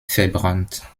verbrannt